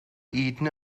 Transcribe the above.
eaten